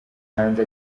hanze